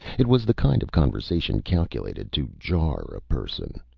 it was the kind of conversation calculated to jar a person.